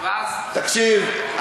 תקשיב,